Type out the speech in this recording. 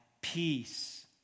peace